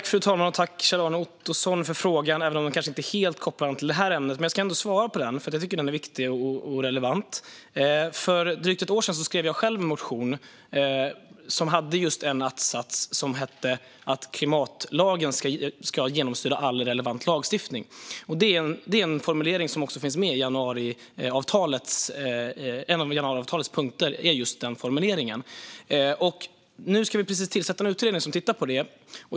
Fru talman! Tack, Kjell-Arne Ottosson, för frågan! Den kanske inte är helt kopplad till det här ämnet, men jag ska ändå svara på den eftersom jag tycker att den är viktig och relevant. För drygt ett år sedan skrev jag själv en motion där en av attsatserna var just att klimatlagen ska genomsyra all relevant lagstiftning. En av januariavtalets punkter är just den formuleringen. Nu ska vi precis tillsätta en utredning som tittar på det.